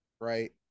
right